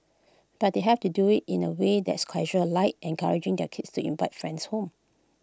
but they have to do IT in A way that's casual like encouraging their kids to invite friends home